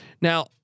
Now